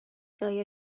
دایر